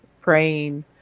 praying